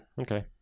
okay